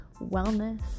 wellness